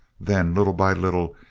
then, little by little,